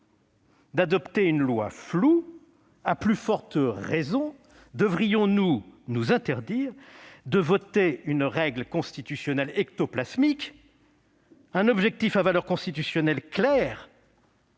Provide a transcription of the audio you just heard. d'adopter une loi floue, à plus forte raison devrions-nous nous interdire de voter une règle constitutionnelle ectoplasmique. Un objectif à valeur constitutionnelle clair,